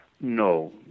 No